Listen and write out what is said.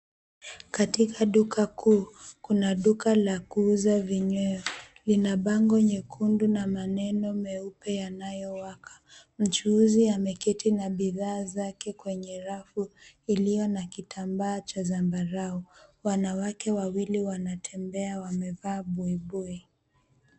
Katika duka kuu kuna duka la kuuza vinyweo. Lina bango nyekundu na maneno meupe yanayowaka. Mchuuzi ameketi na bidhaa zake kwenye rafu iliyo na kitambaa cha zambarau. Wanawake wawili wanatembea wamevaa buibui.